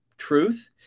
truth